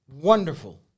wonderful